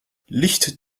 licht